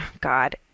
God